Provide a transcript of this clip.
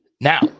Now